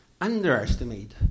underestimate